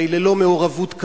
הרי ללא מעורבות כזאת,